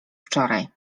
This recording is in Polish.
wczoraj